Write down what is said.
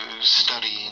studying